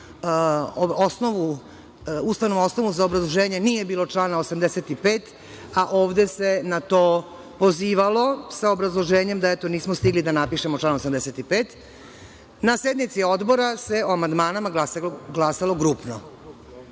ustavnom osnovu za obrazloženje nije bilo člana 85, a ovde se na to pozivalo, sa obrazloženjem da, eto, nismo stigli da napišemo član 85, na sednici Odbora se o amandmanima glasalo grupno. Već